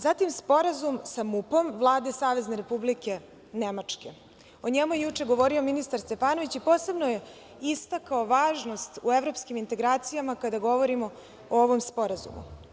Zatim, Sporazum sa MUP Vladom Savezne Republike Nemačke, o njemu je juče govorio ministar Stefanović i posebno je istakao važnost o evropskim integracijama kada govorimo o ovom sporazumu.